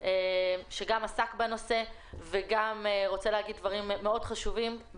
שעסק בנושא ורוצה לומר דברים מאוד חשובים.